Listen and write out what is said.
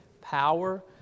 power